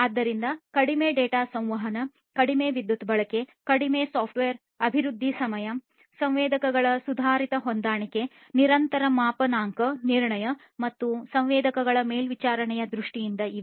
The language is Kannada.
ಆದ್ದರಿಂದ ಕಡಿಮೆ ಡೇಟಾ ಸಂವಹನ ಕಡಿಮೆ ವಿದ್ಯುತ್ ಬಳಕೆ ಕಡಿಮೆ ಸಾಫ್ಟ್ವೇರ್ ಅಭಿವೃದ್ಧಿ ಸಮಯ ಸಂವೇದಕಗಳ ಸುಧಾರಿತ ಹೊಂದಾಣಿಕೆ ನಿರಂತರ ಮಾಪನಾಂಕ ನಿರ್ಣಯ ಮತ್ತು ಸಂವೇದಕಗಳ ಮೇಲ್ವಿಚಾರಣೆಯ ದೃಷ್ಟಿಯಿಂದ ಇವೆ